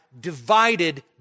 divided